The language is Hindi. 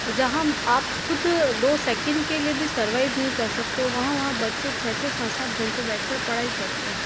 जहाँ हम आप ख़ुद दो सेकंड के लिए भी सर्वाइव नहीं कर सकते हो वहाँ वहाँ बच्चे छः छः सात सात घंटे बेठ कर पढ़ाई करते हैं